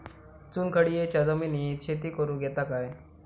चुनखडीयेच्या जमिनीत शेती करुक येता काय?